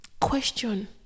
question